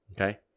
okay